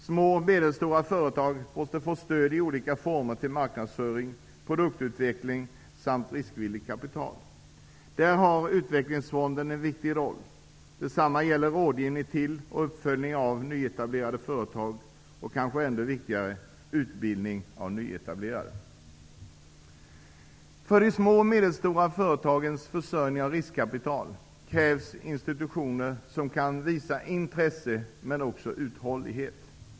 Små och medelstora företag måste få stöd i olika former till marknadsföring, produktutveckling samt riskvilligt kapital. Där har Utvecklingsfonden en viktig roll. Detsamma gäller rådgivning till och uppföljning av nyetablerade företag, och kanske ännu viktigare utbildning av nyetablerare. För de små och medelstora företagens försörjning av riskkapital krävs institutioner som kan visa intresse och uthållighet.